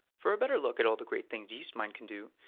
for a better look at all the great things yeastmine can do,